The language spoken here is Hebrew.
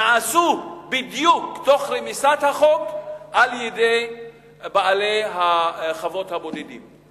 נעשו גם על-ידי המתיישבים הבודדים תוך כדי רמיסת החוק.